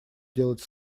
делать